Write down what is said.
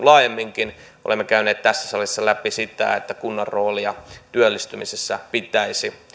laajemminkin olemme käyneet tässä salissa läpi sitä että kunnan roolia työllistymisessä pitäisi